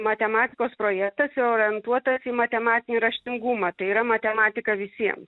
matematikos projektas ir orientuotas į matematinį raštingumą tai yra matematika visiem